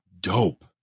dope